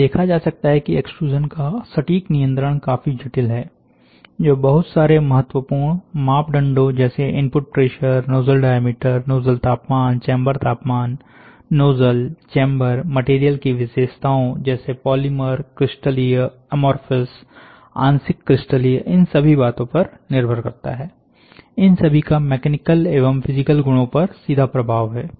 यह देखा जा सकता है कि एक्सट्रूजन का सटीक नियंत्रण काफी जटिल है जो बहुत सारे महत्वपूर्ण मापदंडों जैसे input pressure nozzle diameter nozzle तापमान चेंबर तापमान नोजल चेंबर मटेरियल की विशेषताओं जैसे पॉलीमर क्रिस्टलीय एमोरफ़िस आंशिक क्रिस्टलीय इन सभी बातों पर निर्भर करता है इन सभी का मैकेनिकल एवं फिजिकल गुणो पर सीधा प्रभाव है